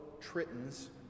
Tritons